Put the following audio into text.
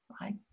right